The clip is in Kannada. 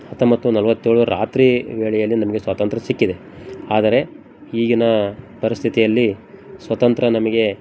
ಹತ್ತೊಂಬತ್ತು ನಲ್ವತ್ತೇಳು ರಾತ್ರಿ ವೇಳೆಯಲ್ಲಿ ನಮಗೆ ಸ್ವಾತಂತ್ರ್ಯ ಸಿಕ್ಕಿದೆ ಆದರೆ ಈಗಿನ ಪರಿಸ್ಥಿತಿಯಲ್ಲಿ ಸ್ವಾತಂತ್ರ್ಯ ನಮಗೆ